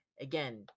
again